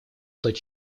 тот